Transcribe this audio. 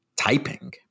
typing